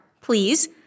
please